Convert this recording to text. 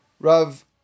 Rav